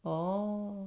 orh